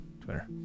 Twitter